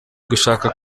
gushaka